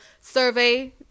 survey